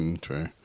true